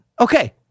Okay